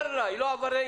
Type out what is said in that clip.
היא לא עבריינית.